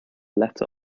letter